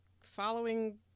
following